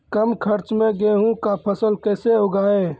कम खर्च मे गेहूँ का फसल कैसे उगाएं?